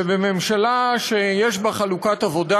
ובממשלה שיש בה חלוקת עבודה,